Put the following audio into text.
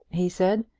he said.